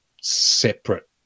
separate